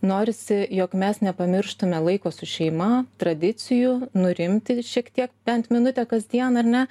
norisi jog mes nepamirštume laiko su šeima tradicijų nurimti šiek tiek bent minutę kasdien ar ne